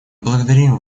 благодарим